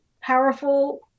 powerful